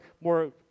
more